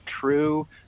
true